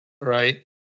right